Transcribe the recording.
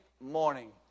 morning